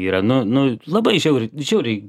yra nu nu labai žiauriai žiauriai